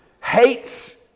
hates